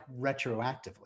retroactively